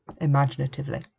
imaginatively